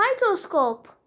microscope